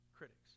critics